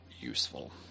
useful